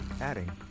adding